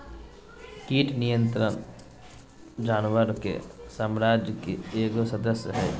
कीट नियंत्रण जानवर के साम्राज्य के एगो सदस्य हइ